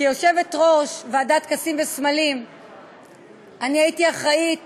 כיושבת-ראש ועדת טקסים וסמלים הייתי אחראית